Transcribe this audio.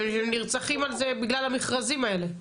נרצחים על זה בגלל המכרזים האלה.